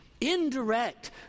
Indirect